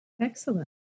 excellent